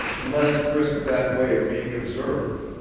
less risk that way of being observed.